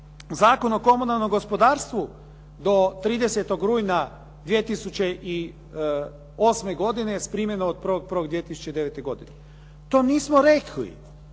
Zakon o komunalnom gospodarstvu do 30. rujna 2008. godine s primjenom od 1. 1. 2009. godine. to nismo rekli,